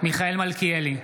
מיכאל מלכיאלי,